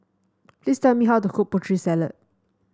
please tell me how to cook Putri Salad